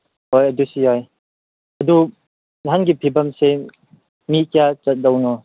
ꯍꯣꯏ ꯑꯗꯨꯁꯨ ꯌꯥꯏ ꯑꯗꯨ ꯅꯍꯥꯟꯒꯤ ꯐꯤꯕꯝꯁꯦ ꯃꯤ ꯀꯌꯥ ꯆꯠꯇꯧꯅꯣ